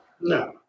No